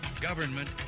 government